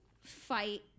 fight